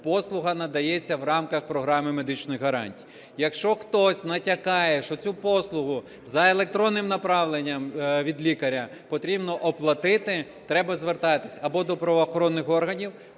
послуга надається в рамках програми медичних гарантій. Якщо хтось натякає, що цю послугу за електронним направленням від лікаря потрібно оплатити, треба звертатись, або до правоохоронних органів,